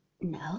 No